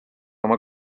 oma